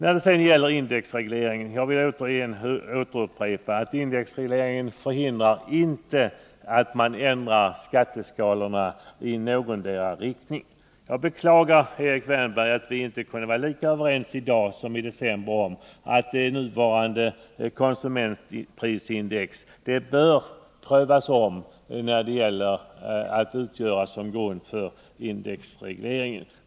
Beträffande indexregleringen vill jag upprepa att denna inte hindrar att man ändrar skatteskalorna i någondera riktningen. Jag beklagar, Erik Wärnberg, att vi inte kunde vara lika överens i dag som i december om att nuvarande konsumentprisindex bör omprövas som grund för indexregleringen.